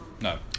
no